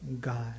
God